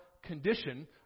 condition